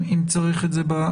אם צריך את זה ברמה